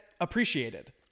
appreciated